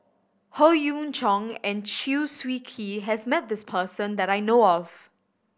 Howe Yoon Chong and Chew Swee Kee has met this person that I know of